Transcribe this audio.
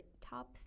top